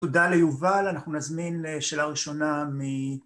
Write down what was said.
תודה ליובל, אני מזמין לשאלה הראשונה מ...